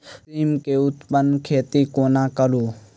सिम केँ उन्नत खेती कोना करू?